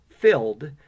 Filled